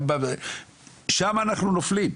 שם אנחנו נופלים,